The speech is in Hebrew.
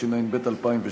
התשע"ב 2012: